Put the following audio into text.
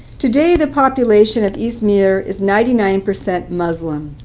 today the population of izmar is ninety nine percent muslim.